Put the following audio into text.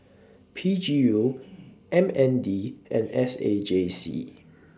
P G U M N D and S A J C